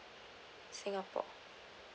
singapore